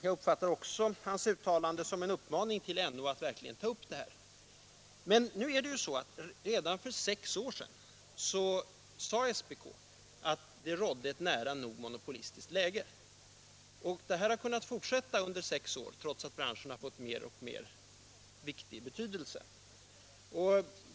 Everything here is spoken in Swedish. Jag uppfattar också hans uttalande som en uppmaning till NO att verkligen ta upp dessa problem till granskning. Men nu är det ju så att SPK redan för sex år sedan konstaterade att det rådde ett nära nog monopolistiskt läge på området och att detta sedan har kunnat fortsätta genom åren trots att branschen har fått allt större vikt och betydelse.